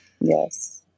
yes